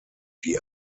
die